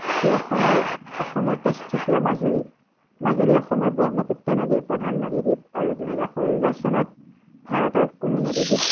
সেই অসমৰ অসমতে স্থিত মাজুলীত মাজুলী অসমৰ ব্ৰহ্মপুত্ৰ নদীৰ প্ৰধান নদীদ্বীপ আৰু দুহেজাৰ ষোল্ল চনত ভাৰতৰ কোনো নদীদ্বীপ